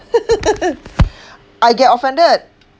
I get offended